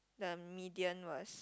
the medium was